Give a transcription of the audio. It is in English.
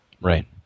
Right